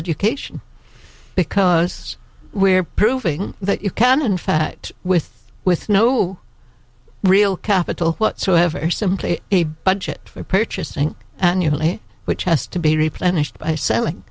education because we're proving that you can in fact with with no real capital whatsoever simply a budget for purchasing annually which has to be replenished by selling